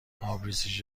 آبریزش